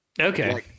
Okay